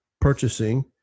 purchasing